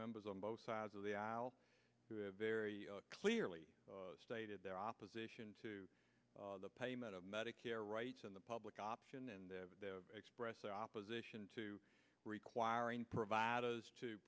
members on both sides of the aisle very clearly stated their opposition to the payment of medicare rights in the public option and express their opposition to requiring providers to